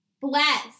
Bless